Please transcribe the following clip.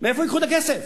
מאיפה ייקחו את הכסף?